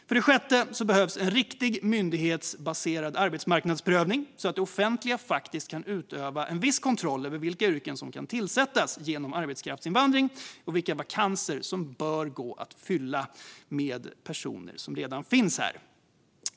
För det sjätte behövs en riktig, myndighetsbaserad arbetsmarknadsprövning så att det offentliga faktiskt kan utöva viss kontroll över vilka yrken som kan tillsättas genom arbetskraftsinvandring och vilka vakanser som bör gå att fylla med personer som redan finns här.